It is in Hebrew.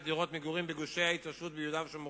דירות מגורים בגושי ההתיישבות ביהודה ושומרון.